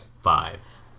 five